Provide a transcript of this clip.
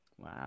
Wow